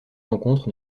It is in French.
rencontres